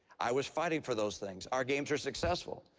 i was fighting for those things. our games were successful.